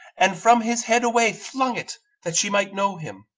and from his head away flung it, that she might know him,